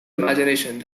imagination